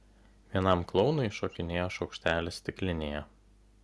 vienam klounui šokinėjo šaukštelis stiklinėje